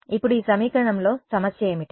ఇప్పుడు ఈ సమీకరణంలో సమస్య ఏమిటి